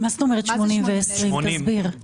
כלומר 80% מהילדים